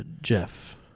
Jeff